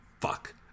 Fuck